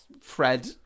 Fred